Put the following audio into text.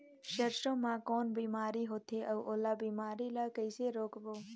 सरसो मा कौन बीमारी होथे अउ ओला बीमारी ला कइसे रोकबो?